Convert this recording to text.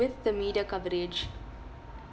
with the media coverage